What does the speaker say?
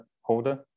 holder